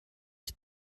die